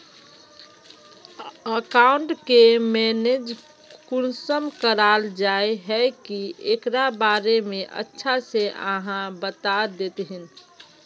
Account के manage कुंसम कराल जाय है की एकरा बारे में अच्छा से आहाँ बता देतहिन?